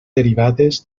derivades